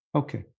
okay